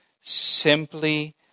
simply